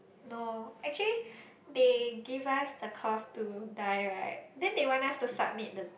no actually they give us the cloth to dye right then they want us to submit the